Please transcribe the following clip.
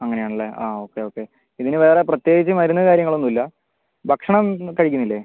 അങ്ങനെയാണല്ലേ ആ okay okay ഇതിന് വേറെ പ്രത്യേകിച്ച് മരുന്ന് കാര്യങ്ങളൊന്നൂല്ല ഭക്ഷണം കഴിക്കുന്നില്ലേ